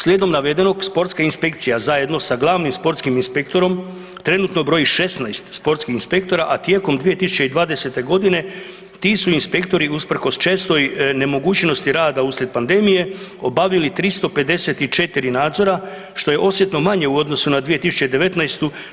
Slijedom navedenog sportska inspekcija zajedno sa glavnim sportskim inspektorom trenutno broji 16 sportskih inspektora, a tijekom 2020. godine ti su inspektori usprkos čestoj nemogućnosti rada uslijed pandemije obavili 354 nadzora što je osjetno manje u odnosu na 2019.